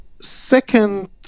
second